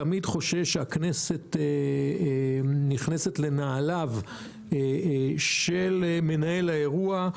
תמיד חושש שהכנסת נכנסת לנעליו של מנהל האירוע.